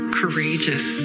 courageous